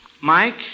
Mike